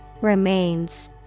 Remains